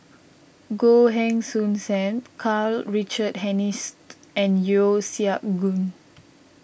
Goh Heng Soon Sam Karl Richard Hanitsch and Yeo Siak Goon